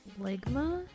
Ligma